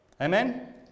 Amen